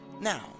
Now